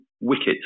wicket